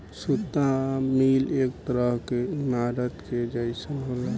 सुता मिल एक तरह के ईमारत के जइसन होला